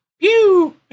pew